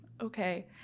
okay